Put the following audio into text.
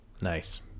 Nice